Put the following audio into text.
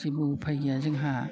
जेबो उफाय गैया जोंहा